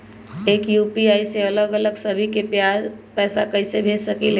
एक यू.पी.आई से अलग अलग सभी के पैसा कईसे भेज सकीले?